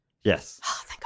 Yes